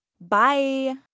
Bye